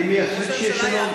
אני מייחל שיהיה שלום.